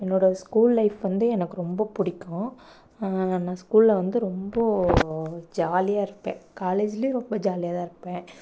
என்னோடய school life வந்து எனக்கு ரொம்ப பிடிக்கும் நான் ஸ்கூல்ல வந்து ரொம்ப ஜாலியாக இருப்பேன் காலேஜுலேயும் ரொம்ப ஜாலியாக தான் இருப்பேன்